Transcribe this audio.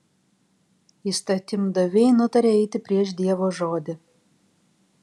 įstatymdaviai nutarė eiti prieš dievo žodį